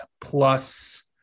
plus